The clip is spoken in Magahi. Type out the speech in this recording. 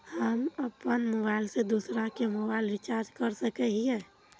हम अपन मोबाईल से दूसरा के मोबाईल रिचार्ज कर सके हिये?